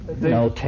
No